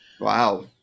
Wow